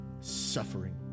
suffering